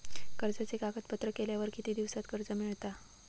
कर्जाचे कागदपत्र केल्यावर किती दिवसात कर्ज मिळता?